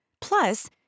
Plus